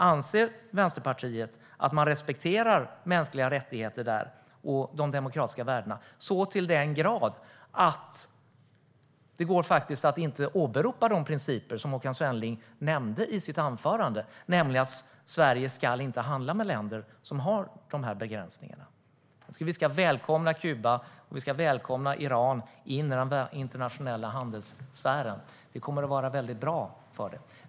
Anser Vänsterpartiet att man respekterar mänskliga rättigheter och demokratiska värden där - så till den grad att det går att inte åberopa de principer Håkan Svenneling nämnde i sitt anförande, nämligen att Sverige inte ska handla med länder som har sådana begränsningar? Jag tycker att vi ska välkomna Kuba, och vi ska välkomna Iran i den internationella handelssfären. Det kommer att vara bra för den.